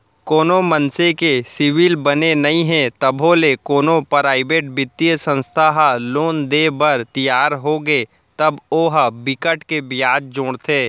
कोनो मनसे के सिविल बने नइ हे तभो ले कोनो पराइवेट बित्तीय संस्था ह लोन देय बर तियार होगे तब ओ ह बिकट के बियाज जोड़थे